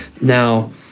Now